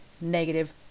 negative